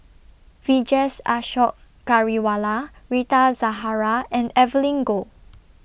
Vijesh Ashok Ghariwala Rita Zahara and Evelyn Goh